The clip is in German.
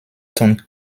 tun